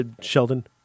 Sheldon